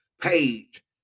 page